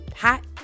hot